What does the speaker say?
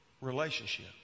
relationship